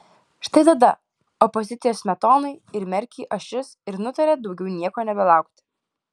štai tada opozicijos smetonai ir merkiui ašis ir nutarė daugiau nieko nebelaukti